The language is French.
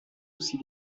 aussi